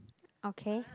okay